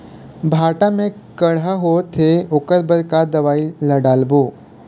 भांटा मे कड़हा होअत हे ओकर बर का दवई ला डालबो?